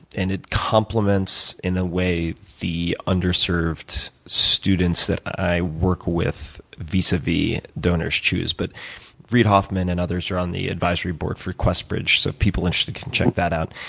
and it complements, in a way, the underserved students that i work with vis-a-vis donors choose. but reid hoffman and others are on the advisory board for questbridge, so people interested can check that out.